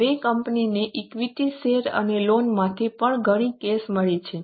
હવે કંપનીને equity share અને લોનમાંથી પણ ઘણી કેશ મળી છે